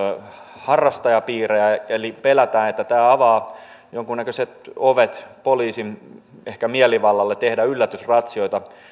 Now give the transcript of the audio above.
harrastajapiirejä eli pelätään että tämä avaa jonkunnäköiset ovet poliisin ehkä mielivallalle tehdä yllätysratsioita